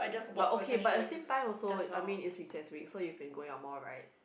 but okay but at the same time also I mean it's recess week so you've been going out more right